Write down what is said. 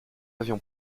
savions